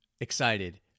excited